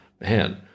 Man